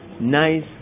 Nice